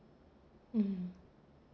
mm